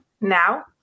now